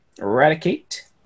Eradicate